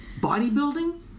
bodybuilding